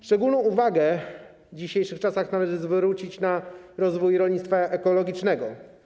Szczególną uwagę w dzisiejszych czasach należy zwrócić na rozwój rolnictwa ekologicznego.